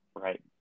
right